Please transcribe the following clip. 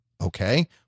Okay